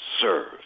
serve